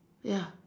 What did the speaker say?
ya